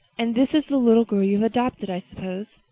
and this is the little girl you have adopted, i suppose?